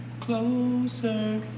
Closer